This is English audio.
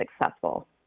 successful